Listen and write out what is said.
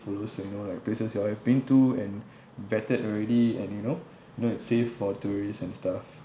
follows you know like places you all have been to and vetted already and you know you know it's safe for tourists and stuff